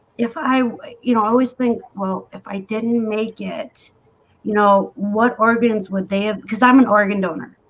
if i you know always think well if i didn't make it you know, what organs would they have because i'm an organ donor